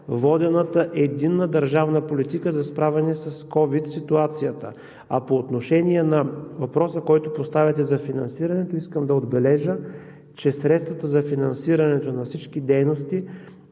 водената единна държавна политика за справяне с ковид ситуацията. А по отношение на въпроса, който поставяте за финансирането, искам да отбележа, че средствата за финансирането на всички дейности